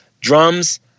drums